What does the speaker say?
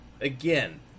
again